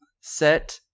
set